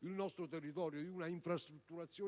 il nostro territorio di una infrastrutturazione